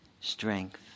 strength